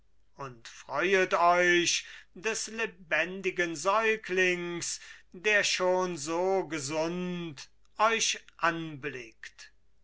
und freuet euch des lebendigen säuglings der schon so gesund euch anblickt